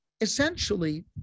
Essentially